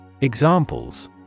Examples